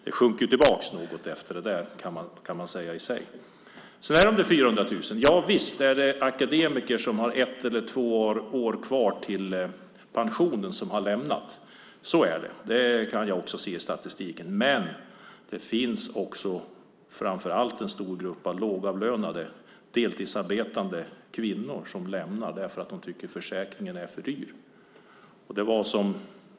Det sjönk nu tillbaka något. Sedan var det frågan om de 400 000. Visst har akademiker med ett eller två år kvar till pensionen lämnat a-kassan. Det kan jag också se i statistiken. Men det finns framför allt en stor grupp av lågavlönade deltidsarbetande kvinnor som lämnar a-kassan därför att de tycker att försäkringen är för dyr.